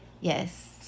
Yes